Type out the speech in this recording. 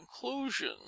conclusion